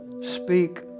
Speak